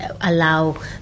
allow